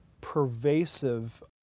pervasive